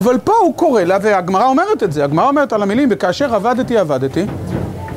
אבל פה הוא קורא לה, והגמרא אומרת את זה, הגמרא אומרת על המילים, וכאשר אבדתי, אבדתי.